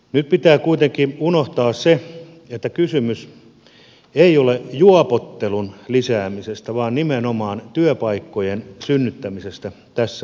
nyt pitää kuitenkin unohtaa se että kysymys olisi juopottelun lisäämisestä kysymys on nimenomaan työpaikkojen synnyttämisestä tässä maassa